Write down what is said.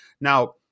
Now